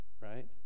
right